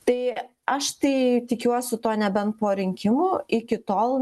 tai aš tai tikiuosi tuo nebent po rinkimų iki tol